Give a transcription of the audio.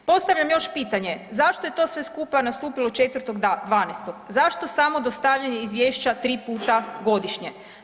Postavljam još pitanje, zašto je to sve skupa nastupilo 4.12., zašto samo dostavljanje izvješća 3 puta godišnje?